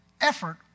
effort